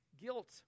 Guilt